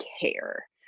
care